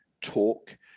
talk